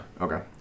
okay